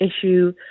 issue